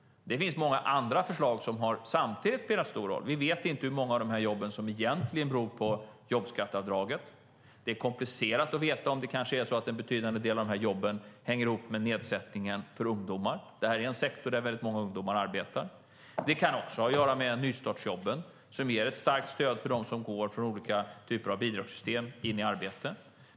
Det finns många andra förslag som samtidigt har spelat stor roll. Vi vet inte hur många av de här jobben som egentligen beror på jobbskatteavdraget. Det är komplicerat att veta om en betydande del av de här jobben kanske hänger ihop med nedsättningen för ungdomar, för det här är en sektor där väldigt många ungdomar arbetar. Det kan också ha att göra med nystartsjobben som ger ett starkt stöd för dem som går från olika typer av bidragssystem in i arbete.